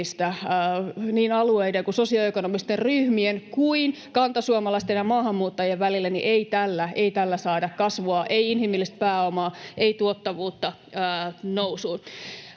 niin alueiden kuin sosioekonomisten ryhmien kuin kantasuomalaisten ja maahanmuuttajien välillä, niin ei tällä saada kasvua, ei inhimillistä pääomaa, ei tuottavuutta nousuun.